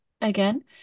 again